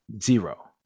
Zero